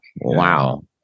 Wow